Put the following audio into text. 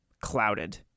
clouded